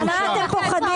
ממה אתם פוחדים?